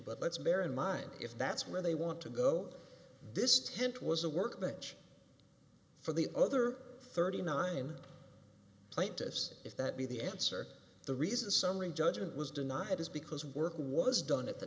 but let's bear in mind if that's where they want to go this tent was a work bench for the other thirty nine plaintiffs if that be the answer the reason summary judgment was denied is because work was done at the